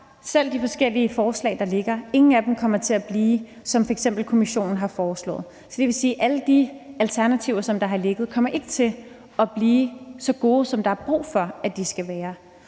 selv de forskellige forslag, der ligger – kommer ingen af dem til at blive, som f.eks. Kommissionen har foreslået. Det vil sige, at alle de alternativer, der har ligget, ikke kommer til at blive så gode, som der er brug for de skal være.